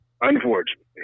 unfortunately